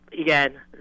again